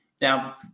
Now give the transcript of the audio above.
Now